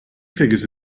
figures